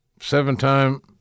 Seven-time